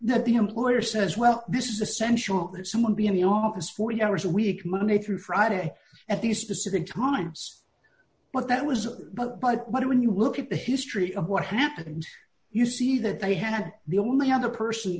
that the employer says well this is essential that someone be in the office forty hours a week monday through friday at these specific times but that was but when you look at the history of what happened you see that they had the only other person